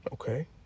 Okay